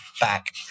back